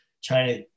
China